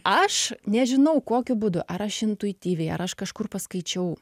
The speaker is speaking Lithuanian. aš nežinau kokiu būdu ar aš intuityviai ar aš kažkur paskaičiau